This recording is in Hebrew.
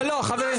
לא, לא, חברים.